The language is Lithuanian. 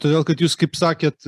todėl kad jūs kaip sakėt